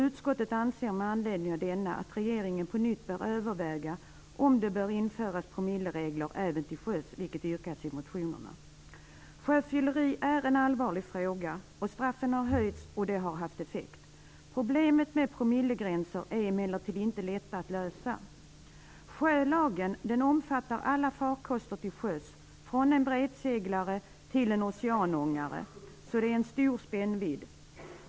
Utskottet anser med anledning av denna att regeringen på nytt bör överväga om det bör införas promilleregler även till sjöss, vilket yrkats i motionerna. Sjöfylleri är en allvarlig fråga. Straffen har höjts, och det har haft effekt. Problemet med promillegränser är emellertid inte lätta att lösa. Sjölagen omfattar alla farkoster till sjöss från en brädseglare till en oceanångare, så det är en stor spännvidd.